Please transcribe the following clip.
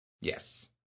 Yes